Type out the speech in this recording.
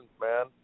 man